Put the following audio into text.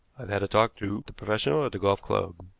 i've had a talk to the professional at the golf club.